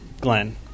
Glenn